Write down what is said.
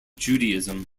judaism